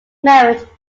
married